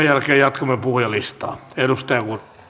jälkeen jatkamme puhujalistaa